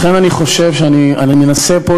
לכן אני מנסה פה,